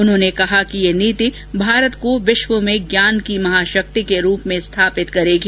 उन्होंने कहा कि यह नीति भारत को विश्व में ज्ञान की महाशक्ति के रूप में स्थापित करेगी